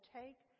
take